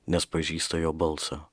nes pažįsta jo balsą